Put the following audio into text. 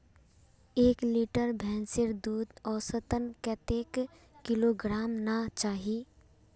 एक लीटर भैंसेर दूध औसतन कतेक किलोग्होराम ना चही?